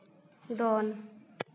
ᱫᱚᱱ